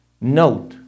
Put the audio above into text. note